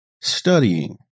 studying